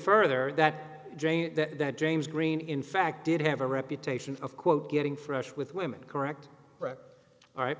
further that jane that james greene in fact did have a reputation of quote getting fresh with women correct all right